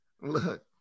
Look